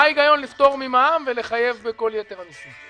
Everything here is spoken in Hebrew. מה הגיון לפטור ממע"מ ולחייב בכל יתר המיסים?